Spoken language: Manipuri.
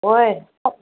ꯍꯣꯏ